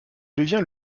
devient